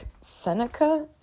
Seneca